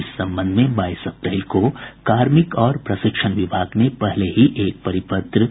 इस संबंध में बाईस अप्रैल को कार्मिक और प्रशिक्षण विभाग ने पहले ही एक परिपत्र जारी किया था